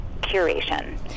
curation